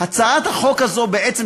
הצעת החוק הזאת,